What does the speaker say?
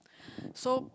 so